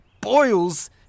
boils